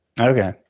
Okay